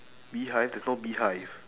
beehive there's no beehive